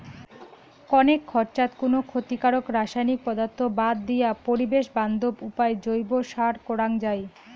কণেক খরচাত কুনো ক্ষতিকারক রাসায়নিক পদার্থ বাদ দিয়া পরিবেশ বান্ধব উপায় জৈব সার করাং যাই